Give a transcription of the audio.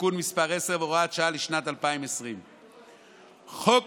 (תיקון מס' 10 והוראת שעה לשנת 2020). חוק